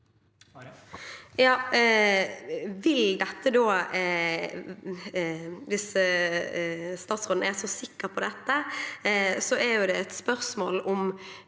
Hvis statsråden er så sikker på dette, er spørsmålet om